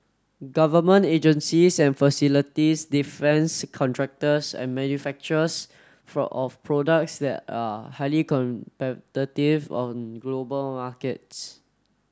government agencies and facilities defence contractors and manufacturers for of products that are highly competitive on global markets